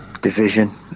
division